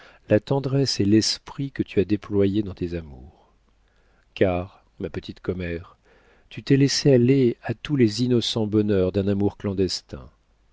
la tendresse et l'esprit que tu as déployés dans tes amours car ma petite commère tu t'es laissée aller à tous les innocents bonheurs d'un amour clandestin